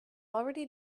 already